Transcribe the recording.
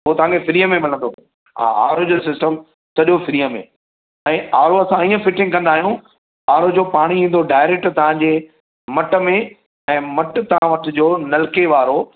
हो तांखे फ्रीअ में मिलंदो हा आरो जो सिस्टम सॼो फ्रीअ में ऐं आरो असां इअं फिटिंग कंदा आयूं आरो जो पाणी ईंदो डाइरेक्ट तांजे मट में ऐं मटु तां वठजो नलके वारो